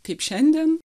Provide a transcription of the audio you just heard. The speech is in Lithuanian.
kaip šiandien